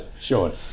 Sean